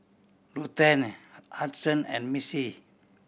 Ruthanne Hudson and Missy